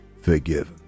forgiven